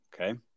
Okay